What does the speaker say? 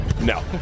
No